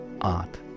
Art